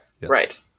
right